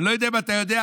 אני לא יודע אם אתה יודע,